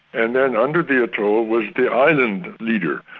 and then under the atoll was the island leader.